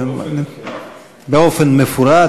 באופן מפורט.